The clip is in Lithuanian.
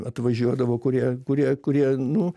atvažiuodavo kurie kurie kurie nu